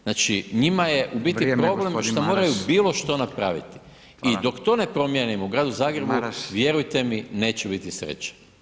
Znači, njima je u biti [[Upadica: Vrijeme g. Maras]] problem što moraju bilo što napraviti [[Upadica: Hvala]] i dok to ne promijenimo u Gradu Zagrebu [[Upadica: Maras]] vjerujte mi neće biti sreće.